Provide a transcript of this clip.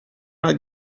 not